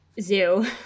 Zoo